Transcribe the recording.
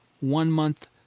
one-month